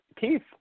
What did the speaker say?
Keith